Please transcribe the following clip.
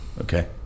okay